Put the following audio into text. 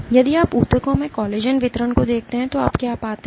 यदि आप ऊतकों में कोलेजन वितरण को देखते हैं तो आप क्या पाते हैं